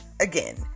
again